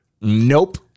Nope